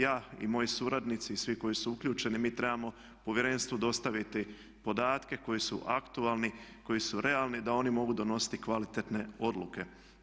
Ja i moji suradnici i svi koji su uključeni, mi trebamo povjerenstvu dostaviti podatke koji su aktualni, koji su realni da oni mogu donositi kvalitetne odluke.